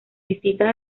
distintas